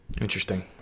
Interesting